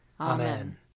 Amen